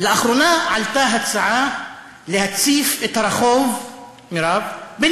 לאחרונה עלתה הצעה להציף את הרחוב בנשק.